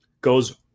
goes